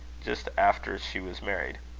just after she was married.